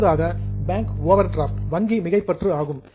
அடுத்ததாக bank overdraft வங்கி மிகைப்பற்று ஆகும்